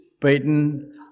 beaten